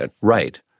Right